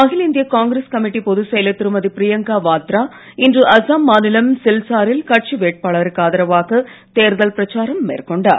அகில இந்திய Congress committee பொதுச் செயலர் திருமதி பிரியங்கா வாத்ரா இன்று அஸ்ஸாம் மாநிலம் சில்சாரில் கட்சி வேட்பாளருக்கு ஆதரவாக தேர்தல் பிரச்சாரம் மேற்கொண்டார்